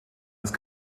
ist